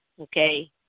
okay